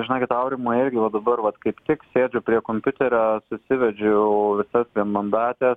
žinokit aurimai irgi va dabar vat kaip tik sėdžiu prie kompiuterio susivedžiau visas vienmandates